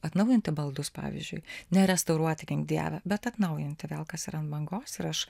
atnaujinti baldus pavyzdžiui ne restauruoti gink dieve bet atnaujinti vėl kas yra ant bangos ir aš